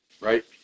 right